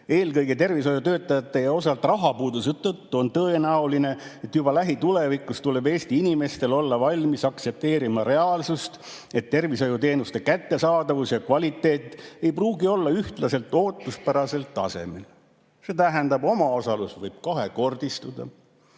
eelkõige tervishoiutöötajate ja osalt rahapuuduse tõttu on tõenäoline, et juba lähitulevikus tuleb Eesti inimestel olla valmis aktsepteerima reaalsust, et tervishoiuteenuste kättesaadavus ja kvaliteet ei pruugi olla ühtlaselt ootuspärasel tasemel. See tähendab, et omaosalus võib kahekordistuda,